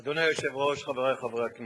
אדוני היושב-ראש, חברי חברי הכנסת,